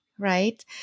right